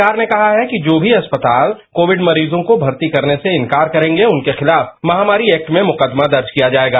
सरकार ने कहा है कि जो अस्पताल कोविड मरीजों को मर्ती करने से इन्कार करेंगे उनके खिलाफ महामारी एक्ट में मुकदमा दर्ज किया जाएगा